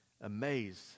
amazed